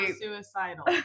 suicidal